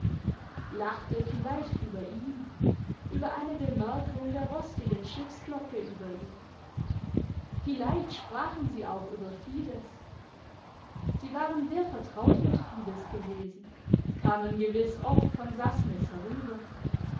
lachte vielleicht über ihn über eine bemerkung der rostigen schiffsglocke über ihn vielleicht sprachen sie auch über fides sie waren sehr vertraut mit fides gewesen kamen gewiss oft von sassnitz herüber